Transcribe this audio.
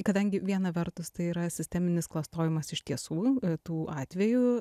kadangi viena vertus tai yra sisteminis klastojimas iš tiesų tų atvejų